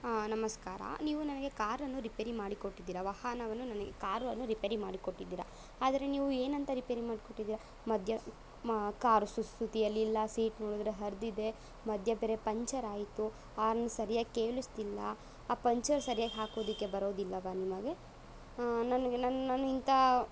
ಆಂ ನಮಸ್ಕಾರ ನೀವು ನನಗೆ ಕಾರನ್ನು ರಿಪೇರಿ ಮಾಡಿಕೊಟ್ಟಿದ್ದೀರ ವಾಹನವನ್ನು ನನಗೆ ಕಾರನ್ನು ರಿಪೇರಿ ಮಾಡಿಕೊಟ್ಟಿದ್ದೀರ ಆದರೆ ನೀವು ಏನಂತ ರಿಪೇರಿ ಮಾಡಿಕೊಟ್ಟಿದ್ದೀರ ಮಧ್ಯ ಕಾರು ಸುಸ್ಥಿತಿಯಲ್ಲಿಲ್ಲ ಸೀಟ್ ನೋಡಿದ್ರೆ ಹರಿದಿದೆ ಮಧ್ಯ ಬೇರೆ ಪಂಚರ್ ಆಯಿತು ಆರ್ನ್ ಸರ್ಯಾಗಿ ಕೇಳಿಸ್ತಿಲ್ಲ ಆ ಪಂಚರ್ ಸರ್ಯಾಗಿ ಹಾಕೋದಕ್ಕೆ ಬರೋದಿಲ್ಲವೇ ನಿಮಗೆ ನನಗೆ ನನ್ನ ನಾನಿಂಥ